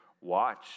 watch